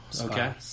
Okay